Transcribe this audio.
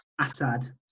Assad